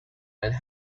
and